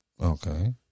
Okay